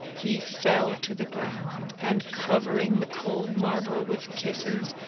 he fell to the ground and, covering the cold marble with kisses,